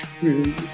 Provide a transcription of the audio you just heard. true